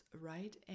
right